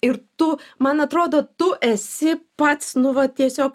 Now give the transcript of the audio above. ir tu man atrodo tu esi pats nu va tiesiog